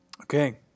Okay